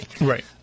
Right